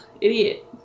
Idiot